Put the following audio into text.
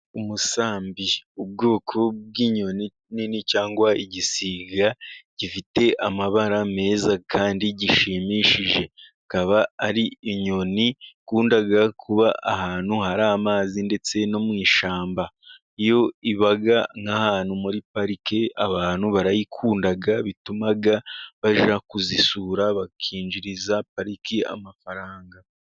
Umusambi ubwoko bw'inyoni nini cyangwa igisiga gifite amabara meza kandi gishimishije, akaba ari inyoni yakundaga kuba ahantu hari amazi ndetse no mu ishyamba, iyo iba nk'ahantu muri parike abantu barayikunda bituma bajya kuzisura bakinjiriza pariki amafaranga.